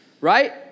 Right